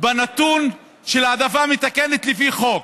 בנתון של העדפה מתקנת לפי חוק.